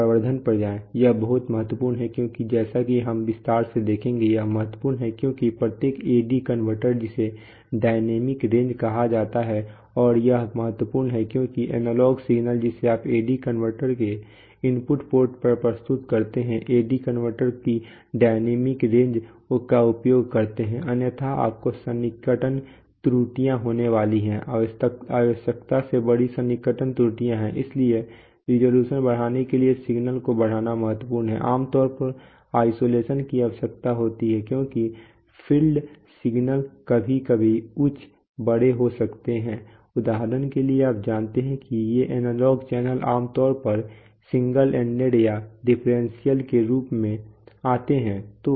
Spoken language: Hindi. प्रवर्धन पर जाएं यह बहुत महत्वपूर्ण है क्योंकि जैसा कि हम विस्तार से देखेंगे यह महत्वपूर्ण है क्योंकि प्रत्येक AD कन्वर्टर जिसे डायनेमिक रेंज कहा जाता है और यह महत्वपूर्ण है क्योंकि एनालॉग सिग्नल जिसे आप AD कन्वर्टर के इनपुट पोर्ट पर प्रस्तुत कर रहे हैं AD कन्वर्टर की डायनेमिक रेंज का उपयोग करता है अन्यथा आपको सन्निकटन त्रुटियाँ होने वाली हैं आवश्यकता से बड़ी सन्निकटन त्रुटियाँ हैं इसलिए रिज़ॉल्यूशन बढ़ाने के लिए सिग्नल को बढ़ाना महत्वपूर्ण है आमतौर पर आइसोलेशन की आवश्यकता होती है क्योंकि फील्ड सिग्नल कभी कभी उच्च बड़े हो सकते हैं उदाहरण के लिए आप जानते हैं कि ये एनालॉग चैनल आम तौर पर सिंगल एंडेड या डिफरेंशियल के रूप में आते हैं